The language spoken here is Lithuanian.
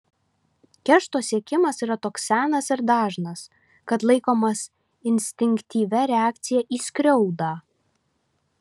keršto siekimas yra toks senas ir dažnas kad laikomas instinktyvia reakcija į skriaudą